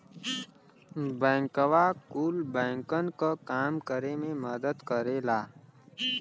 बैंकवा कुल बैंकन क काम करे मे मदद करेला